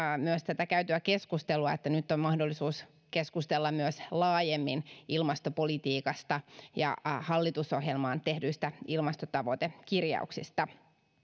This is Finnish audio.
myös tätä käytyä keskustelua että nyt on mahdollisuus keskustella myös laajemmin ilmastopolitiikasta ja hallitusohjelmaan tehdyistä ilmastotavoitekirjauksista